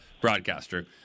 broadcaster